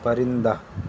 پرندہ